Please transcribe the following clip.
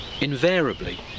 invariably